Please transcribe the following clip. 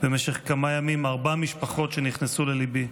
במשך כמה ימים ארבע משפחות שנכנסו לליבי: